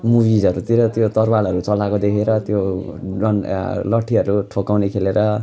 मुभिजहरूतिर त्यो तरवारहरू चलाएको देखेर त्यो डन्डा लट्ठीहरू ठोक्काउने खेलेर